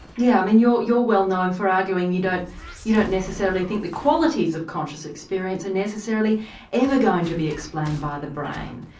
yeah, i mean you're you're well known for arguing you don't you don't necessarily think the qualities of conscious experience are necessarily ever going to be explained by the brain.